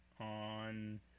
on